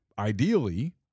Ideally